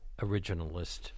originalist